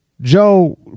Joe